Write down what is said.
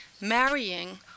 marrying